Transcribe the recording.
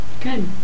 Good